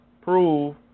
prove